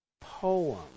poem